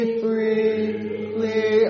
freely